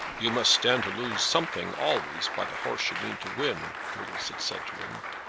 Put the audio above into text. you must stand to lose something always by the horse you mean to win, doodles had said to him,